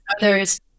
others